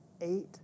eight